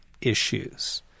issues